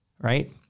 right